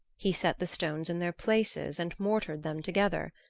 he set the stones in their places and mortared them together.